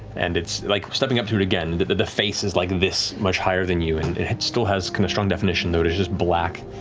and it's like stepping up to it again, and the the face is like this much higher than you, and it still has kind of strong definition, though it is just black,